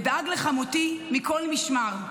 ושמר על חמותי מכל משמר,